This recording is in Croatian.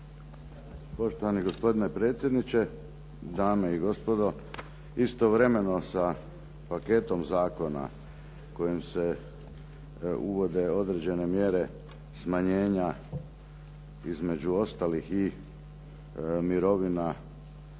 Poštovani gospodine predsjedniče. Dame i gospodo. Istovremeno sa paketom zakona kojima se uvode određene mjere smanjenja između ostalih i mirovina